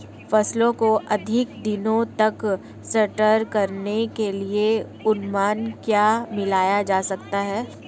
फसलों को अधिक दिनों तक स्टोर करने के लिए उनमें क्या मिलाया जा सकता है?